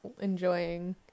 enjoying